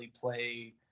play